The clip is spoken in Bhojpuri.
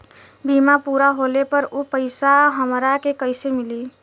बीमा पूरा होले पर उ पैसा हमरा के कईसे मिली?